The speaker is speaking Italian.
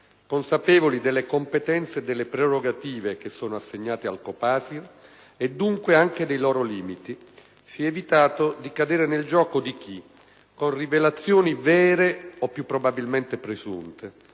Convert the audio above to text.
consapevoli delle competenze e delle prerogative che sono assegnate al COPASIR e dunque anche dei loro limiti. Si è evitato di cadere nel gioco di chi, con rivelazioni vere o più probabilmente presunte,